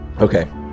Okay